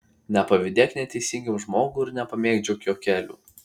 nepavydėk neteisingam žmogui ir nepamėgdžiok jo kelių